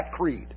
creed